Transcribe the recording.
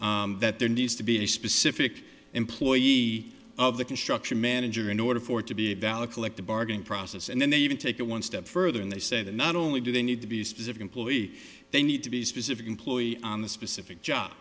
that there needs to be a specific employee of the construction manager in order for it to be a valid collective bargaining process and then they even take it one step further and they say that not only do they need to be specific employee they need to be specific employee on the specific job